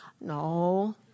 No